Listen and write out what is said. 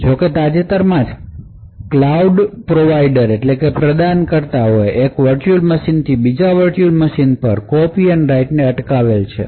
જો કે તાજેતરમાં જ ક્લાઉડ પ્રદાતાઓએ એક વર્ચ્યુઅલ મશીનથી બીજા વર્ચ્યુઅલ મશીન પર કોપી એન્ડ રાઇટ ને અટકાવી છે